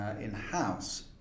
in-house